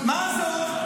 מה עזוב?